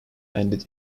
ended